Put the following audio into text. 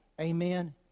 Amen